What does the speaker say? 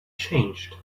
changed